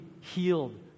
healed